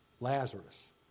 Lazarus